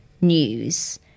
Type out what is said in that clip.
news